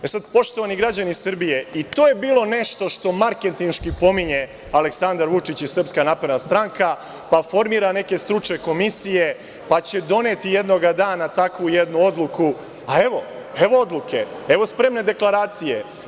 Poštovani građani Srbije, i to je bilo nešto što marketinški pominje Aleksandar Vučić i SNS, pa formira neke stručne komisije, pa će doneti jednog dana takvu jednu odluku, a evo odluke, evo spremne deklaracije.